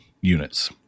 units